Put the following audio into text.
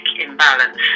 imbalance